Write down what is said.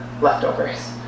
leftovers